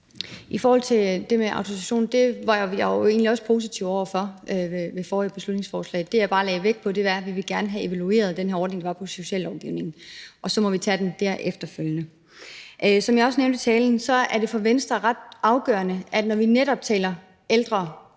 I forhold til det med autorisation vil jeg sige, at det var vi jo egentlig også positive over for ved forrige beslutningsforslag. Det, jeg bare lagde vægt på, var, at vi gerne vil have evalueret den ordning, der var på sociallovgivningen, og så må vi tage den der efterfølgende. Som jeg også nævnte i talen, er det for Venstre ret afgørende, at vi, når vi netop taler